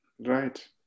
right